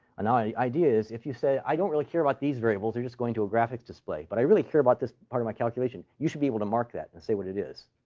now ideas if you say, i don't really care about these variables. they're just going to a graphics display. but i really care about this part of my calculation. you should be able to mark that and say what it is.